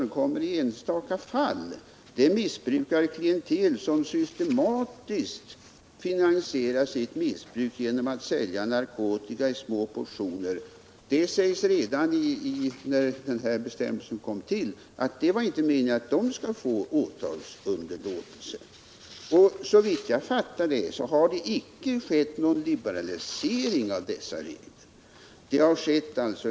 Det sades redan då bestämmelsen kom till att det missbrukarklientel som systematiskt finansierar sitt missbruk genom att sälja narkotika i små portioner inte skall få åtalsunderlåtelse. Såvitt jag vet har det icke skett någon liberalisering av dessa regler.